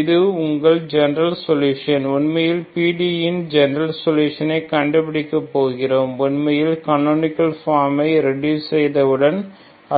இது உங்கள் general solution உண்மையில் PDE ன் ஜெனரல் சொலுஷயங்களை கண்டு பிடிக்கப் போகிறோம் உண்மையில் கனோனிகள் பார்மில் ரெடுஸ் செய்த உடன்